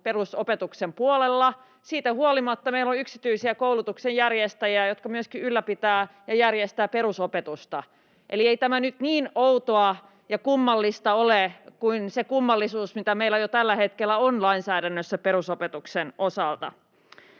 perusopetuksen puolella. Siitä huolimatta meillä on yksityisiä koulutuksen järjestäjiä, jotka myöskin ylläpitävät ja järjestävät perusopetusta. Eli ei tämä nyt niin outoa ja kummallista ole kuin se kummallisuus, mitä meillä jo tällä hetkellä on lainsäädännössä perusopetuksen osalta.